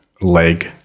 leg